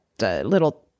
little